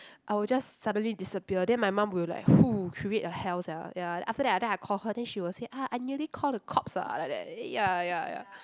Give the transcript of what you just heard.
I will just suddenly disappear then my mum will like !hoo! create a hell sia ya after that then I call her then she will say ah I nearly call the cops ah like that ya ya ya